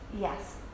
yes